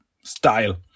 style